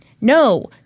No